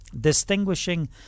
Distinguishing